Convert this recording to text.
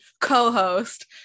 co-host